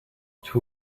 two